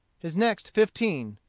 his next fifteen,